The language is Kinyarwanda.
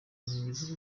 nkingi